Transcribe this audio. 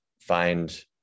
find